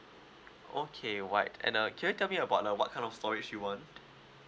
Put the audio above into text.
okay white and uh can you tell me about uh what kind of storage you want